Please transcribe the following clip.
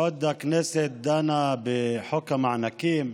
בעוד הכנסת דנה בחוק המענקים,